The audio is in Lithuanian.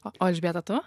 o elžbieta tu